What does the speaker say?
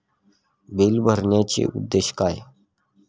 Bill भरण्याचे उद्देश काय?